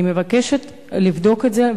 אני מבקשת לבדוק את זה.